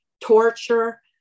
torture